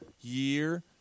year